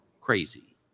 crazy